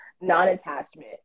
non-attachment